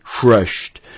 crushed